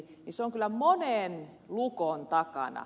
se on kyllä monen lukon takana